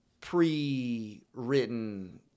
pre-written